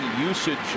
usage